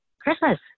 Christmas